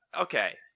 okay